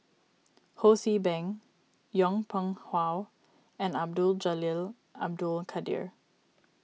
Ho See Beng Yong Pung How and Abdul Jalil Abdul Kadir